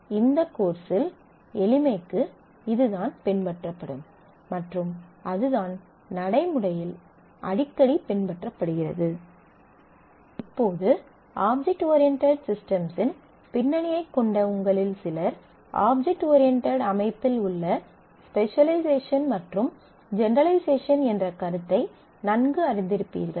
இந்த கோர்ஸில் எளிமைக்கு இதுதான் பின்பற்றப்படும் மற்றும் அதுதான் நடைமுறையில் அடிக்கடி பின்பற்றப்படுகிறது ஸ்லைடு நேரத்தைப் பார்க்கவும் 0620 இப்போது ஆப்ஜெக்ட் ஓரியன்டட் சிஸ்டம்ஸ்ன் பின்னணியைக் கொண்ட உங்களில் சிலர் ஆப்ஜெக்ட் ஓரியன்டட் அமைப்பில் உள்ள ஸ்பெசலைசேஷன் மற்றும் ஜெனெரலைசேஷன் என்ற கருத்தை நன்கு அறிந்திருப்பார்கள்